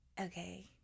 okay